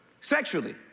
sexually